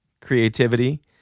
creativity